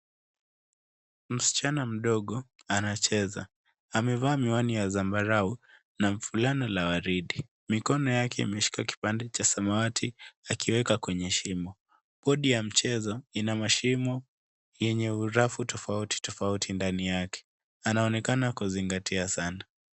Msichana mdogo anacheza. Amevaa miwani ya zambarau, na fulana la waridi. Mikono yake imeshika kipande cha samawati, akiweka kwenye shimo. Bodi ya mchezo ina mashimo yenye urefu tofauti tofauti ndani yake. Anaonekana kuzingatia sana.